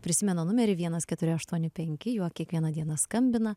prisimena numerį vienas keturi aštuoni penki juo kiekvieną dieną skambina